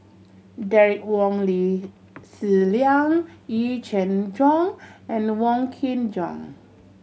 Derek Wong Lee Zi Liang Yee Jenn Jong and Wong Kin Jong